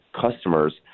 customers